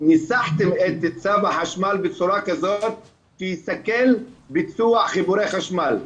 ניסחתם את צו החשמל בצורה כזאת שיסכל ביצוע חיבורי חשמל.